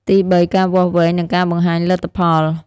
ទីបី ការវាស់វែង និងការបង្ហាញលទ្ធផល។